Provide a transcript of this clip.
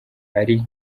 ari